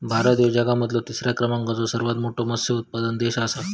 भारत ह्यो जगा मधलो तिसरा क्रमांकाचो सर्वात मोठा मत्स्य उत्पादक देश आसा